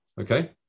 Okay